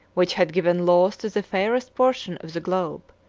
which had given laws to the fairest portion of the globe.